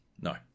No